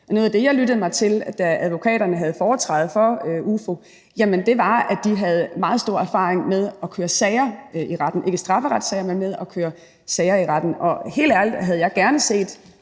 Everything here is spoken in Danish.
Noget af det, jeg lyttede mig til, da advokaterne havde foretræde for Udvalget for Forretningsordenen, var, at de havde meget stor erfaring med at køre sager i retten, ikke strafferetssager, men med at køre sager i retten. Og helt ærligt havde jeg og